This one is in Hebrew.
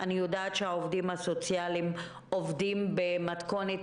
אני יודעת שהעובדים הסוציאליים עובדים במתכונת